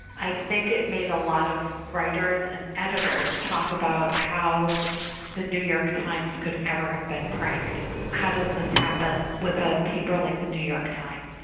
i think it made a lot of writers and editors talk about how the new york times could ever have been pranked how does this happen with a paper like the new york times?